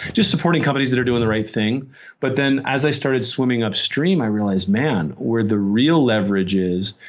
just supporting companies that are doing the right thing but then as i started swimming upstream i realized, man. where the real leverage is,